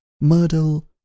Myrtle